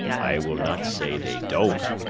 i will not say they don't,